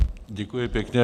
Děkuji pěkně.